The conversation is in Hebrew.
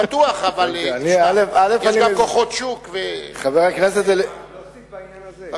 בטוח, אבל יש גם כוחות שוק, אוסיף בעניין הזה.